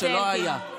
הממשלה?